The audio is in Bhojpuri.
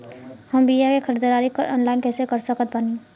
हम बीया के ख़रीदारी ऑनलाइन कैसे कर सकत बानी?